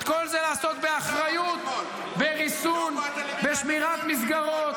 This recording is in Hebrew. את כל זה לעשות באחריות וריסון ושמירת מסגרות,